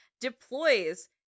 deploys